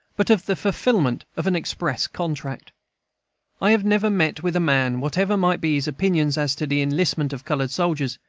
but of the fulfilment of an express contract i have never met with a man, whatever might be his opinions as to the enlistment of colored soldiers,